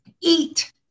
eat